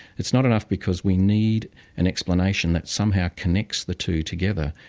it's not enough because we need an explanation that somehow connects the two together.